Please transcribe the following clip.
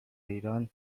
ایران